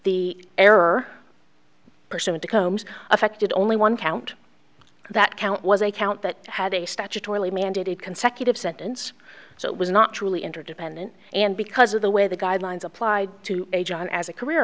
the error percent becomes affected only one count that count was a count that had a statutorily mandated consecutive sentence so it was not truly interdependent and because of the way the guidelines applied to a job as a career